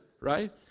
right